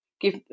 give